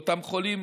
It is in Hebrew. לאותם חולים,